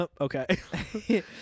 Okay